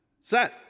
Seth